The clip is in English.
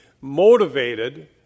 motivated